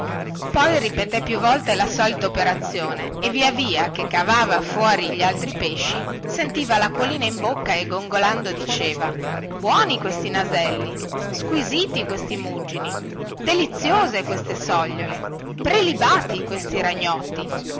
poi ripeté più volte la solita operazione e via via che cavava fuori gli altri pesci sentiva venirsi lacquolina in bocca e gongolando diceva buoni questi naselli squisiti questi muggini deliziose queste sogliole prelibati questi ragnotti